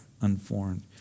unformed